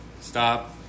Stop